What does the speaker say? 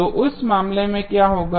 तो उस मामले में क्या होगा